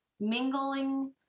mingling